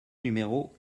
numéro